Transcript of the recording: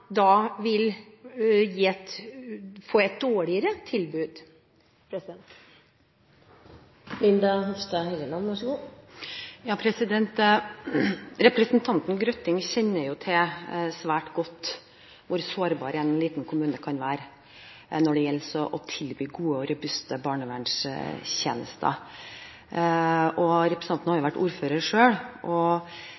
da vil få et dårligere tilbud? Representanten Grøtting kjenner jo svært godt til hvor sårbar en liten kommune kan være når det gjelder å tilby gode og robuste barnevernstjenester. Representanten har